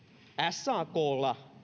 saklla